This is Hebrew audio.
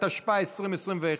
התשפ"א 2021,